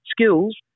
skills